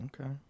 Okay